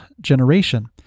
generation